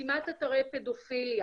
חסימת אתרי פדופיליה